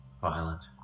Violent